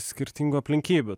skirtingų aplinkybių